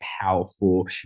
powerful